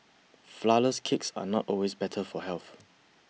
Flourless Cakes are not always better for health